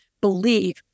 believe